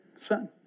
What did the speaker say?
son